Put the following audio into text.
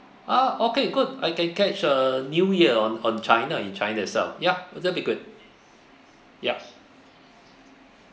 ah okay good I can catch a new year on on china in china itself ya would that be good yup